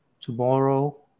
tomorrow